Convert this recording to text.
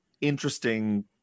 interesting